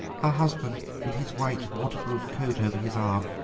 her husband with his white waterproof coat over his arm,